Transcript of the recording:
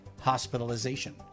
hospitalization